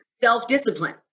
self-discipline